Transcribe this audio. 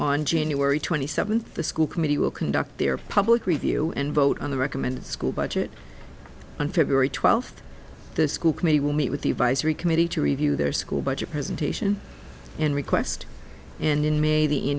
on january twenty seventh the school committee will conduct their public review and vote on the recommended school budget on february twelfth the school committee will meet with the advisory committee to review their school budget presentation and request and in may the in